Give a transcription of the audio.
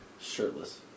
shirtless